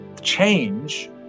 Change